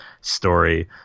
story